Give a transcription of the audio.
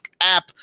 app